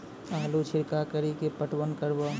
आलू छिरका कड़ी के पटवन करवा?